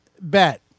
bet